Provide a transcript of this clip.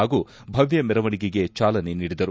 ಹಾಗೂ ಭವ್ತ ಮೆರವಣಿಗೆಗೆ ಚಾಲನೆ ನೀಡಿದರು